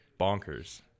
Bonkers